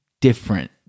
different